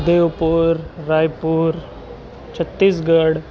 Deopur Raipur Chhattisgarh